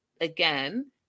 again